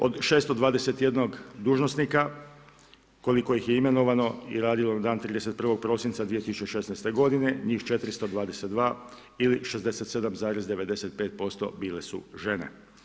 Od 621 dužnosnika koliko ih je imenovano je radilo na 31. prosinca 2016. godine, njih 422 ili 67% bile su žene.